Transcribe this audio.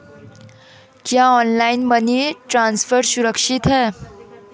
क्या online money transfer सुरक्षित है?